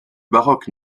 baroque